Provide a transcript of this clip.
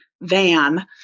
van